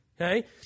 Okay